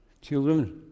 Children